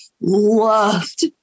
loved